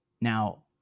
Now